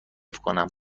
کنم